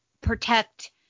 protect